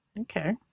Okay